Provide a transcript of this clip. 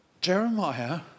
Jeremiah